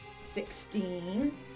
sixteen